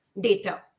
data